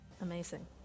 Amazing